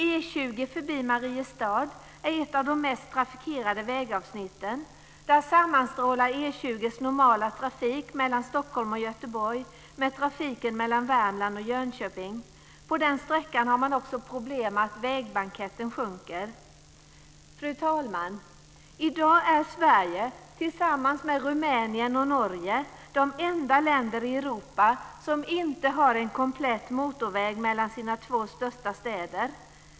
E 20 förbi Mariestad är ett av de mest trafikerade vägavsnitten. Där sammanstrålar E 20:s normala trafik mellan Stockholm och Göteborg med trafiken mellan Värmland och Jönköping. På den sträckan har man också problem med att vägbanketten sjunker. Fru talman! I dag är Sverige tillsammans med Rumänien och Norge de enda länder i Europa som inte har en komplett motorväg mellan sina två största städer.